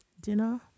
dinner